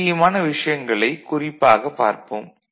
முக்கியமான விஷயங்களைக் குறிப்பாகப் பார்ப்போம்